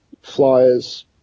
Flyers